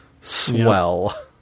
swell